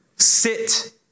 sit